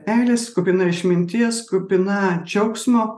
meilės kupina išminties kupina džiaugsmo